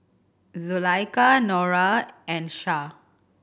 Zulaikha Nura and Shah